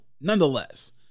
nonetheless